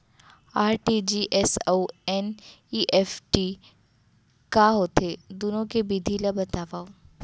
RTGS अऊ NEFT का होथे, दुनो के विधि ला बतावव